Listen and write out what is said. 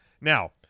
Now